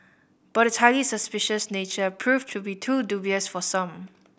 but its highly suspicious nature proved to be too dubious for some